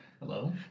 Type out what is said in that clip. Hello